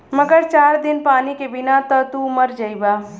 मगर चार दिन पानी के बिना त तू मरिए जइबा